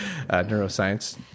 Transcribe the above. neuroscience